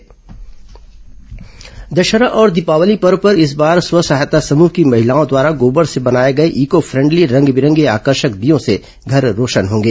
eco friendly दीये दशहरा और दीपावली पर्व पर इस बार स्व सहायता समूह की महिलाओं द्वारा गोबर से बनाए गए ईको फ्रेंडली रंग बिरंगे आकर्षक दीयों से घर रौशन होंगे